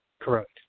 Correct